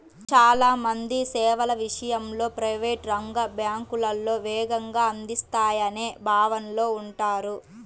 చాలా మంది సేవల విషయంలో ప్రైవేట్ రంగ బ్యాంకులే వేగంగా అందిస్తాయనే భావనలో ఉంటారు